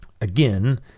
again